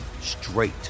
straight